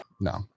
No